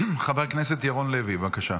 חבר הכנסת ירון לוי, בבקשה.